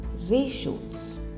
ratios